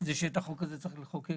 את החוק הזה צריך לחוקק